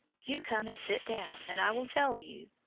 you come and sit down, and i will tell you.